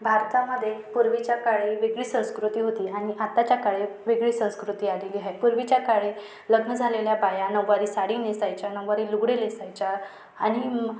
भारतामध्ये पूर्वीच्या काळी वेगळी संस्कृती होती आणि आताच्या काळी वेगळी संस्कृती आलेली हे पूर्वीच्या काळी लग्न झालेल्या बाया नऊवारी साडी नेसायच्या नऊवारी लुगडे नेसायच्या आणि